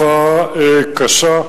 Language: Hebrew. התופעה אכן היא תופעה קשה,